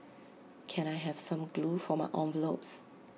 can I have some glue for my envelopes